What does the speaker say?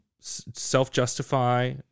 self-justify